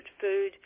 food